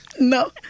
No